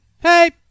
hey